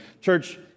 Church